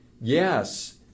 yes